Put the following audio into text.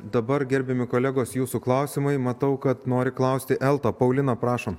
dabar gerbiami kolegos jūsų klausimai matau kad nori klausti elta paulina prašom